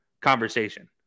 conversation